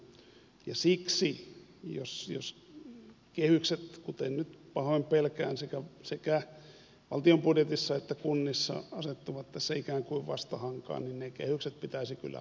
siksi jos kehykset kuten nyt pahoin pelkään sekä valtion budjetissa että kunnissa asettuvat tässä ikään kuin vastahankaan ne kehykset pitäisi kyllä murskata